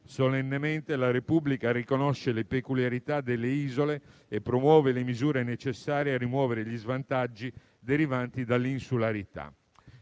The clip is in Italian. solennemente la Repubblica riconosce la peculiarità delle isole e promuove le misure necessarie a rimuovere gli svantaggi derivanti dall'insularità.